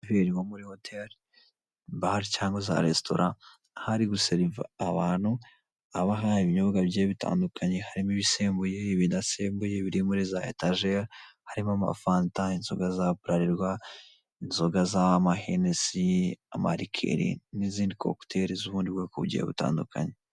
Ibyuma bikozwe mu ikoranabuhanga rikomeye, ryifashishwa mu kubika neza igihe kirekire ndetse no gutunganya amata mu buryo burambye kandi bwiza bwizewe.